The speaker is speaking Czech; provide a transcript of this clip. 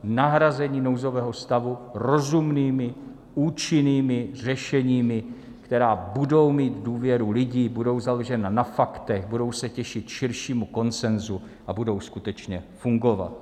Nahrazení nouzového stavu rozumnými účinnými řešeními, která budou mít důvěru lidí, budou založena na faktech, budou se těšit širšímu konsenzu a budou skutečně fungovat.